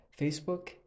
Facebook